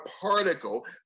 particle